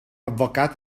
advocat